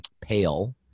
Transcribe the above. pale